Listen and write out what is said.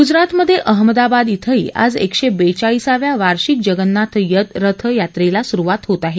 गुजरातमधे अहमदाबाद धिंही आज एकशे बेचाळीसाव्या वार्षिक जगन्नाथ रथ यात्रेला सुरुवात होत आहे